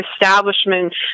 establishment